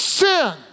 Sin